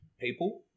people